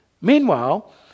Meanwhile